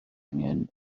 angen